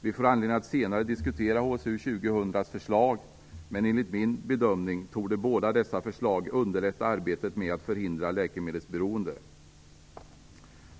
Vi får anledning att senare diskutera HSU 2000:s förslag, men enligt min bedömning torde båda dessa förslag underlätta arbetet med att förhindra läkemedelsberoende.